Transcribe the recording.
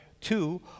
two